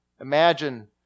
Imagine